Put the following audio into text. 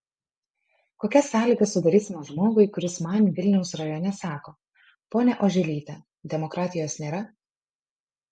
kokias sąlygas sudarysime žmogui kuris man vilniaus rajone sako ponia oželyte demokratijos nėra